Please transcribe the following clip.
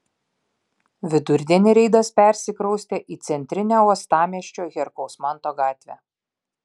vidurdienį reidas persikraustė į centrinę uostamiesčio herkaus manto gatvę